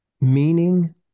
Meaning